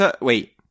Wait